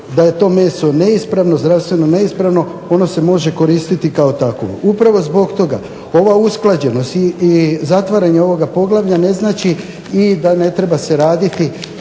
da je to meso neispravno, ono se može koristiti kao takvo. Upravo zbog toga ova usklađenost, zatvaranje ovog poglavlja ne znači da ne treba se dalje